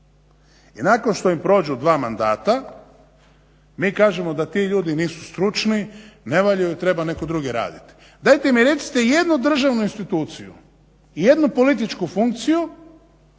I nakon što im prođu dva mandata mi kažemo da ti ljudi nisu stručni, ne valjaju, treba netko drugi radit. Dajte mi recite jednu državnu instituciju, jednu političku funkciju